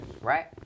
Right